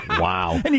Wow